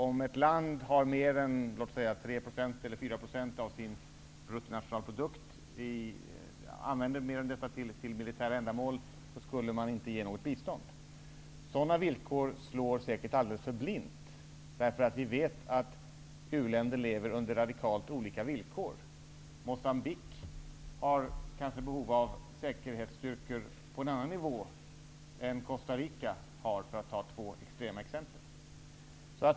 Om ett land använder mer än ungefär 3 % eller 4 % av sin bruttonationalprodukt till militära ändamål skulle man inte ge något bistånd. Sådana villkor slår alldeles för blint. Vi vet att u-länder lever under radikalt olika villkor. Mocambique har kanske behov av säkerhetsstyrkor på en annan nivå än vad Costa Rica har, för att ta två extrema exempel.